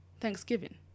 thanksgiving